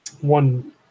one